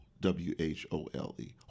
W-H-O-L-E